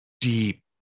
deep